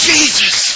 Jesus